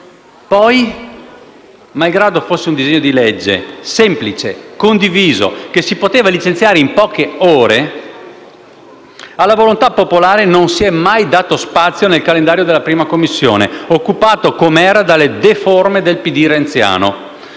Poi, malgrado fosse un disegno di legge semplice e condiviso, che si sarebbe potuto licenziare in poche ore, alla volontà popolare non si è mai dato spazio nel calendario della 1ª Commissione, occupato com'era dalle "deforme" del PD renziano.